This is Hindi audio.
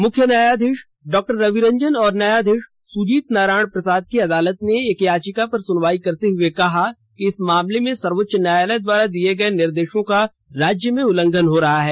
मुख्य न्यायधीश ड़ॉ रवि रंजन और न्यायधीश सुजीत नारायण प्रसाद की अदालत ने एक याचिका पर सुनवाई करते हुए कहा कि इस मामले में सर्वोच्च न्यायालय द्वारा दिए गए निर्देशों का राज्य में उल्लंघन हो रहा है